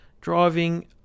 driving